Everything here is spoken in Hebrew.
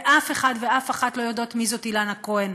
ואף אחד ואף אחת לא יודעת מי זאת אילנה כהן,